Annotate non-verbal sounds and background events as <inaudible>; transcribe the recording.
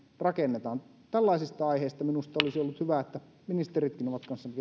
rakennetaan minusta olisi ollut hyvä että tällaisista aiheista ministeritkin olisivat olleet kanssamme <unintelligible>